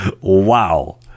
Wow